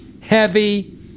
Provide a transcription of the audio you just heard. heavy